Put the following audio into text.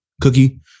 cookie